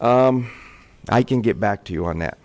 i can get back to you on that